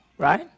Right